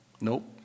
Nope